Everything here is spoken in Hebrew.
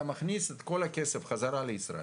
אתה מכניס את כל הכסף חזרה לישראל,